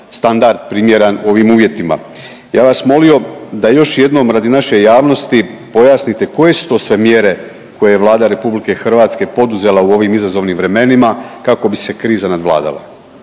standard primjeren ovim uvjetima. Ja bi vas molio da još jednom radi naše javnosti pojasnite koje su to sve mjere koje je Vlada RH poduzela u ovim izazovnim vremenima kako bi se kriza nadvladala,